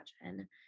imagine